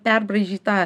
perbraižyt tą